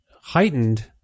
heightened